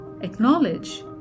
acknowledge